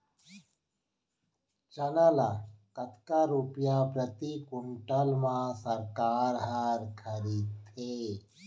चना ल कतका रुपिया प्रति क्विंटल म सरकार ह खरीदथे?